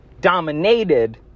dominated